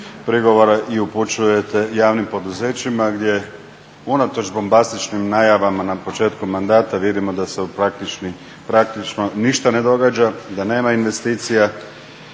prigovora i upućujete javnim poduzećima gdje unatoč bombastičnim najavama na početku mandata vidimo da se praktično ništa ne događa, da nema investicija